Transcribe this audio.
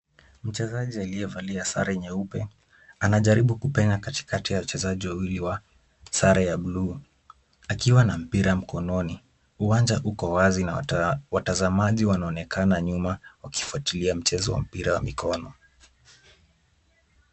Mchezaji aliyevalia sare nyeupe anajaribu kupenya katikati ya wachezaji wawili wa sare ya bluu akiwa na mpira mkononi. Uwanja uko wazi na watazamaji wanaonekana nyuma wakifuatilia mchezo wa mpira wa mikono.